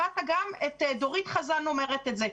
אתה שמעת גם את דורית חזן אומרת את זה.